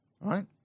right